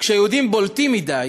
כשהיהודים בולטים מדי